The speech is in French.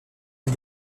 est